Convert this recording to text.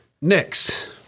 next